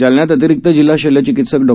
जालन्यात अतिरिक्त जिल्हा शल्य चिकित्सक डॉ